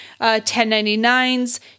1099s